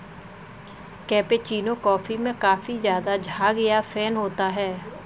cappuccino coffee में काफी ज़्यादा झाग या फेन होता है